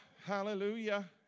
Hallelujah